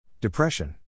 Depression